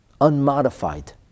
unmodified